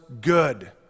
good